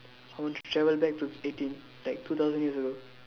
I want to travel back to eighteen like two thousand years ago